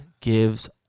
gives